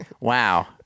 Wow